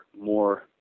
more